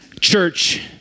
Church